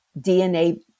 DNA